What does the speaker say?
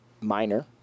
minor